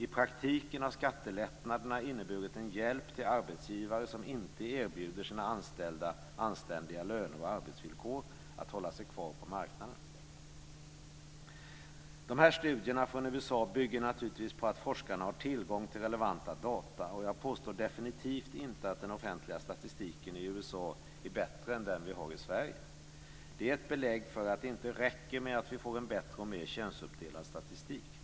I praktiken har skattelättnaderna inneburit en hjälp till arbetsgivare som inte erbjuder sina anställda anständiga löner och arbetsvillkor att hålla sig kvar på marknaden. Dessa studier från USA bygger naturligtvis på att forskarna har tillgång till relevanta data, och jag påstår definitivt inte att den offentliga statistiken i USA är bättre än den vi har i Sverige. Det är ett belägg för att det inte räcker med att vi får en bättre och mer könsuppdelad statistik.